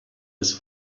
ist